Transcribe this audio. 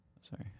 sorry